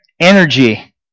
Energy